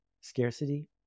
scarcity